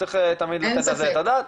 צריך תמיד לתת על זה את הדעת,